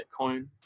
Bitcoin